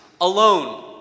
alone